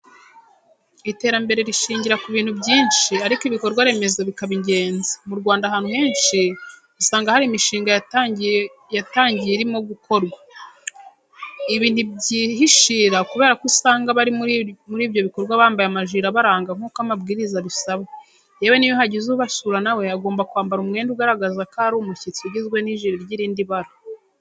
Iterambere rishingira ku bintu byinshi, ariko ibikorwa remezo bikaba ingenzi. Mu Rwanda ahantu henshi usanga hari imishinga yatangiye irimo gukorwa. Ibi ntibyihishira kubera ko usanga abari muri icyo gikorwa bambaye amajiire abaranga nk'uko amabwiriza abisaba. Yewe n'iyo hagize ubasura na we agomba kwambara umwenda ugaragaza ko ari umushyitsi ugizwe n'ijire ry'irindi bara.